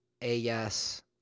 ellas